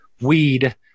weed